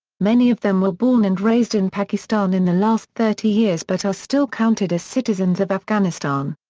many of them were born and raised in pakistan in the last thirty years but are still counted as citizens of afghanistan.